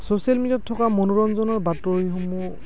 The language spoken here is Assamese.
চ'চিয়েল মিডিয়াত থকা মনোৰঞ্জনৰ বাতৰিসমূহ